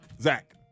Zach